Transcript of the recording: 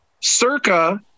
Circa